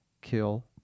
kill